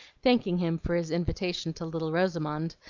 thanking him for his invitation to little rosamond,